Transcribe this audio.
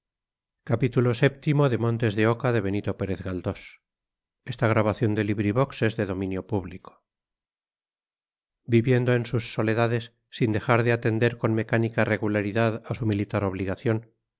viviendo en sus soledades sin dejar de atender con mecánica regularidad a su militar obligación